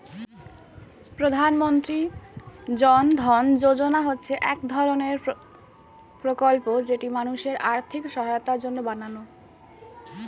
প্রধানমন্ত্রী জন ধন যোজনা হচ্ছে এক ধরণের প্রকল্প যেটি মানুষের আর্থিক সহায়তার জন্য বানানো